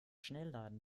schnellladen